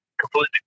completely